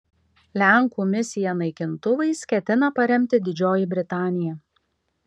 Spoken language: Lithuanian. lenkų misiją naikintuvais ketina paremti didžioji britanija